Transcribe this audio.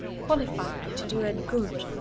qualify me to do any good,